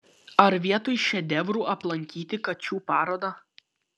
ar vietoj šedevrų aplankyti kačių parodą